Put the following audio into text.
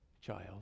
child